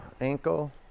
ankle